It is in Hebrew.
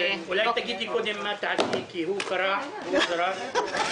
אולי תגידי קודם מה תעשי, כי הוא קרע והוא קרע.